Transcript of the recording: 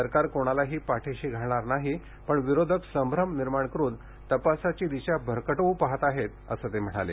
सरकार कोणालाही पाठीशी घालणार नाही पण विरोधक संभ्रम निर्माण करून तपासाची दिशा भरकटवू पहात आहेत असं ठाकरे म्हणाले